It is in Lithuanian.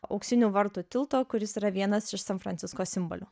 auksinių vartų tilto kuris yra vienas iš san fransisko simbolių